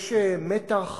יש מתח